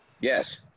yes